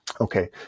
Okay